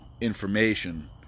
information